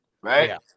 right